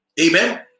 Amen